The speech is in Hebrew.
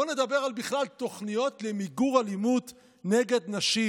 בוא נדבר בכלל על תוכניות למיגור אלימות נגד נשים.